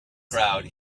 crowd